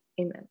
Amen